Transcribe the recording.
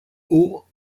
eau